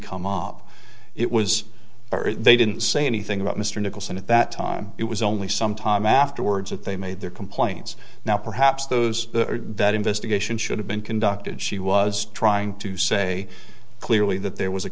come up it was they didn't say anything about mr nicholson at that time it was only some time afterwards that they made their complaints now perhaps those that investigation should have been conducted she was trying to say clearly that there was a